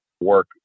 work